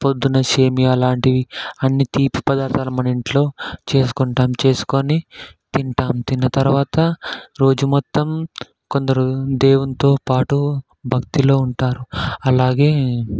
పొద్దున సేమ్యాలాంటివి అన్ని తీపి పదార్ధాలు మనింట్లో చేసుకుంటాం చేసుకుని తింటాం తిన్నతర్వాత రోజు మొత్తం కొందరు దేవునితో పాటు భక్తిలో ఉంటారు అలాగే